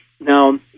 Now